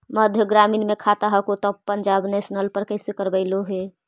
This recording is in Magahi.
मध्य ग्रामीण मे खाता हको तौ पंजाब नेशनल पर कैसे करैलहो हे?